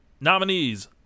Nominees